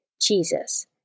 Jesus